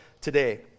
today